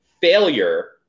failure